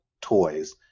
toys